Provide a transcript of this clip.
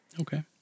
Okay